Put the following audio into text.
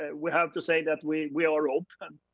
and we have to say that we we are open,